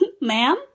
Ma'am